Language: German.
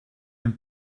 ein